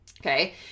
okay